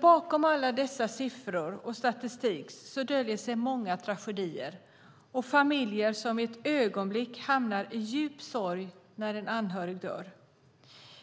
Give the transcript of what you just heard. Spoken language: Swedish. Bakom alla dessa siffror och statistik döljer sig många tragedier och familjer som i ett ögonblick hamnar i djup sorg när en anhörig dör.